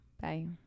Bye